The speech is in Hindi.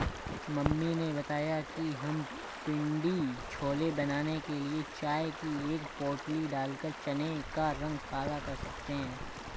मम्मी ने बताया कि हम पिण्डी छोले बनाने के लिए चाय की एक पोटली डालकर चने का रंग काला कर सकते हैं